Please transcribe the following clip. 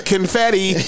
Confetti